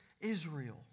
Israel